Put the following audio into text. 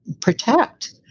protect